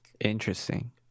Interesting